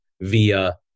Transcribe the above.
via